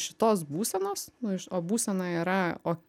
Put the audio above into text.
šitos būsenos nuo iš o būsena yra o